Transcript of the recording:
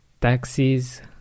taxis